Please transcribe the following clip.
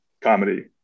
comedy